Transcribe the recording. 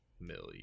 million